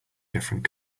different